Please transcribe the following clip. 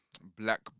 black